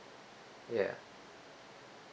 ya